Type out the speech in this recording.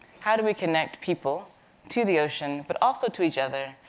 how do we connect people to the ocean, but also to each other?